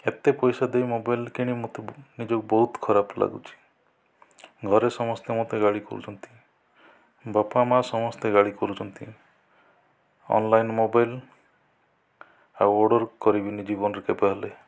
ଏତେ ପଇସା ଦେଇ ମୋବାଇଲ କିଣି ମୋତେ ନିଜକୁ ବହୁତ ଖରାପ ଲାଗୁଛି ଘରେ ସମସ୍ତେ ମୋତେ ଗାଳି କରୁଛନ୍ତି ବାପା ମା ସମସ୍ତେ ଗାଳି କରୁଛନ୍ତି ଅନଲାଇନ ମୋବାଇଲ ଆଉ ଅର୍ଡ଼ର କରିବିନି ଜୀବନରେ କେବେ ହେଲେ